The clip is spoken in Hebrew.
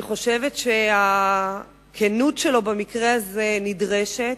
אני חושבת שהכנות שלו במקרה הזה נדרשת.